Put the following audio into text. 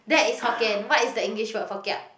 that is Hokkien what is the English word for kiap